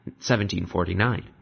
1749